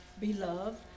Beloved